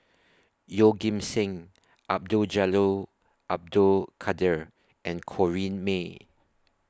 Yeoh Ghim Seng Abdul Jalil Abdul Kadir and Corrinne May